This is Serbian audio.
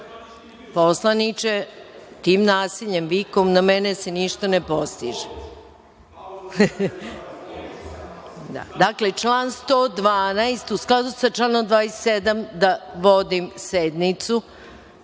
sali.)Poslaniče, tim nasiljem, vikom na mene se ništa ne postiže. Dakle, član 112, a u skladu sa članom 27. da vodim sednicu